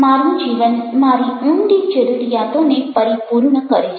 મારું જીવન મારી ઊંડી જરૂરિયાતોને પરિપૂર્ણ કરે છે